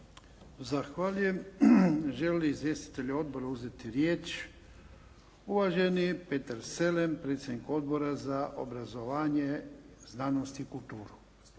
Zahvaljujem. Žele li izvjestitelji odbora uzeti riječ? Uvaženi Petar Selem, predsjednik Odbora za obrazovanje, znanost i kulturu.